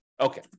Okay